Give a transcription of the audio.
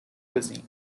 cuisine